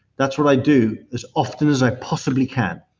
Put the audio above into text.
that's what i do as often as i possibly can.